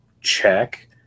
check